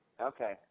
okay